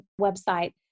website